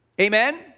Amen